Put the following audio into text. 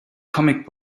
comic